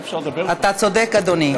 אי-אפשר לדבר, אתה צודק, אדוני.